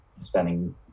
spending